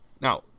Now